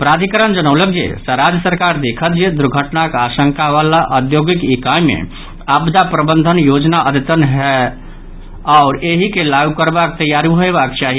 प्राधिकरण जनौलक जे राज्य सरकार देखत जे दुर्घटनाक आशंकावाला औद्योगिक इकाई मे आपदा प्रबंधन योजना अद्यतन होय आओर एहि के लागू करबाक तैयारी होयबाक चाहि